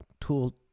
Tool